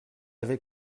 avait